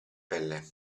pelle